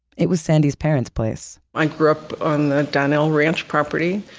it was sandy's parents' place. i grew up on the donnell ranch property.